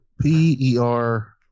P-E-R